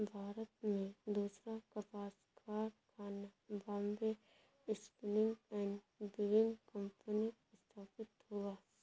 भारत में दूसरा कपास कारखाना Bombay spinning and weaving company स्थापित हुआ